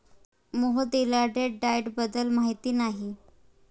मोहितला date diet बद्दल माहिती नाही